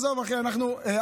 עזוב, אחי, אלמוג.